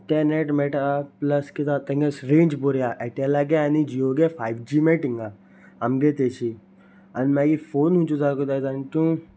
तें नॅट मेळटा प्लस किदें तेंगे रेंज बरी आसा एरटेला गे आनी जियो गे फायव जी मेळटा हिंगा आमगे तेशी आनी मागीर फोन खंयचो उजार कोताय जाण तूं